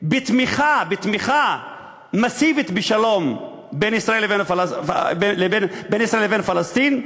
בתמיכה מסיבית בשלום בין ישראל לבין פלסטין,